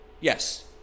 Yes